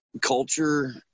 culture